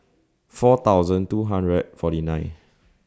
four thousand two hundred and forty nine